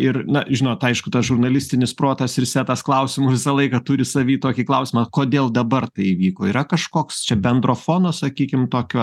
ir na žinot aišku tas žurnalistinis protas ir setas klausimų visą laiką turi savyj tokį klausimą kodėl dabar tai įvyko yra kažkoks čia bendro fono sakykim tokio